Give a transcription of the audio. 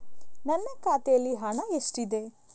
ನನ್ನ ಖಾತೆಯಲ್ಲಿ ಹಣ ಎಷ್ಟಿದೆ?